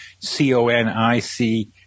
c-o-n-i-c